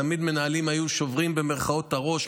ותמיד מנהלים היו שוברים את הראש,